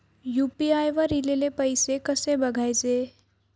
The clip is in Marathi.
यू.पी.आय वर ईलेले पैसे कसे बघायचे?